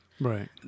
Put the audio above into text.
Right